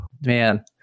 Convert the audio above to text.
Man